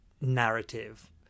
narrative